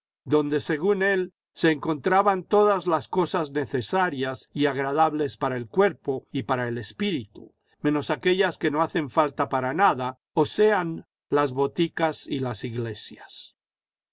donde según él se encontraban todas las cosas necesarias y agradables para el cuerpo y para el espíritu menos aquellas que no hacen falta para nada o sean las boticas y las iglesias